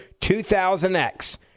2000X